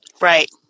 Right